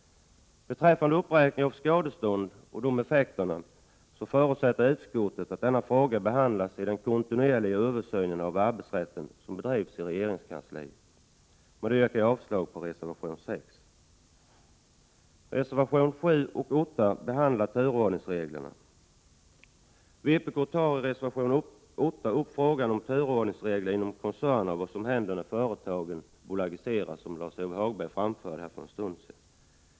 Beträffande uppräkningen av skadestånden och deras effekter förutsätter utskottet att denna fråga behandlas i den kontinuerliga översyn av arbetsrätten som bedrivs i regeringskansliet. Med det yrkar jag avslag på reservation nr 6. Vpk tar i reservation 8 upp frågan om turordningsregler inom koncerner och vad som händer när företag bolagiseras, som Lars-Ove Hagberg berörde för en stund sedan.